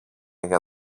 για